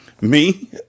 Me